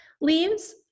leaves